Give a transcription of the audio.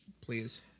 please